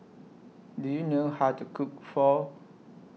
Do YOU know How to Cook Pho